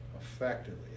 Effectively